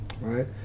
right